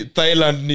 Thailand